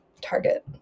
target